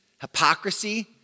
hypocrisy